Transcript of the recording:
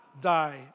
die